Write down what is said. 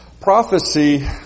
Prophecy